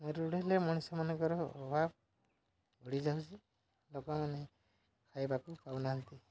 ମରୁଡ଼ି ହେଲେ ମଣିଷମାନଙ୍କର ଅଭାବ ବଢ଼ିଯାଉଛି ଲୋକମାନେ ଖାଇବାକୁ ପାଉନାହାନ୍ତି